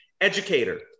educator